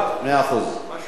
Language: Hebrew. משהו שהוא יותר רחב.